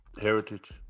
heritage